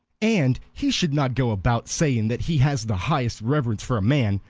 and he should not go about saying that he has the highest reverence for a man,